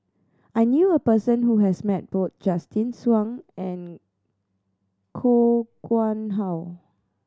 I knew a person who has met both Justin Suang and Koh Kuang How